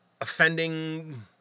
offending